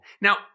Now